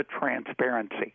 transparency